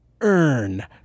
earn